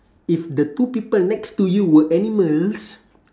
if the two people next to you were animals